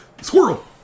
squirrel